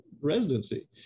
residency